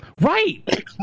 right